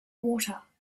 water